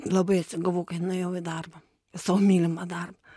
labai atsigavau kai nuėjau į darbą į savo mylimą darb